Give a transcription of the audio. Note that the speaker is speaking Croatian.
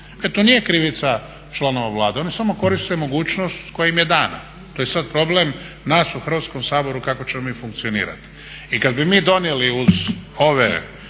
To nije krivica članova Vlade, oni samo koriste mogućnost koja im je dana. To je sad problem nas u Hrvatskom saboru kako ćemo mi funkcionirati. I kad bi mi donijeli uz ove